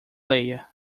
leia